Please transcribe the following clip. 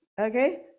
Okay